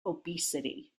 obesity